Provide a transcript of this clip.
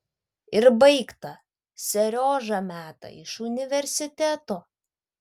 ir baigta seriožą meta iš universiteto